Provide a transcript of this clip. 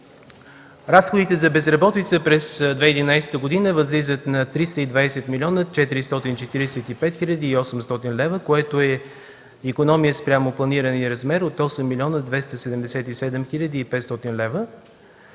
Разходите за безработица през 2011 г. възлизат на 320 млн. 445 хил. и 800 лева, което е икономия спрямо планирания размер от 8 млн. 277 хил. и 500 лева.